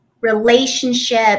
relationship